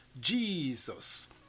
Jesus